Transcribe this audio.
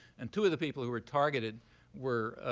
and two of the people who were targeted were